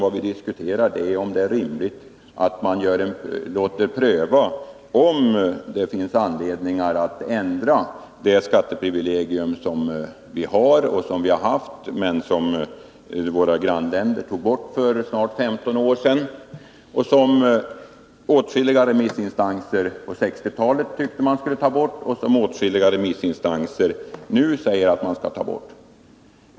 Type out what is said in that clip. Vad vi diskuterat är således om det är rimligt att pröva om det finns anledning att ändra nuvarande skatteprivilegium, vilket våra grannländer tog bort för snart 15 år sedan. På 1960-talet ansåg åtskilliga remissinstanser att det skulle tas bort, och så anser flera remissinstanser också nu.